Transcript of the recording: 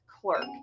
clerk